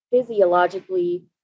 physiologically